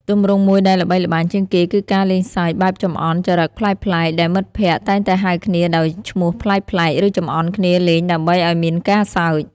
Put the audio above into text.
ទម្រង់មួយដែលល្បីល្បាញជាងគេគឺការលេងសើចបែបចំអន់ចរិតប្លែកៗ ដែលមិត្តភក្តិតែងតែហៅគ្នាដោយឈ្មោះប្លែកៗឬចំអន់គ្នាលេងដើម្បីឱ្យមានការសើច។